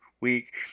week